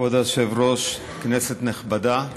כבוד היושב-ראש, כנסת נכבדה,